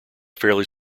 fairly